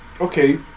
Okay